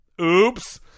Oops